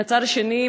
מצד שני,